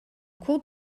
cours